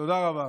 תודה רבה.